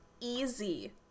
easy